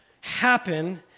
happen